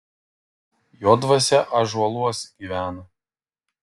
jo dvasia ąžuoluos gyvena